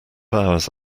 hours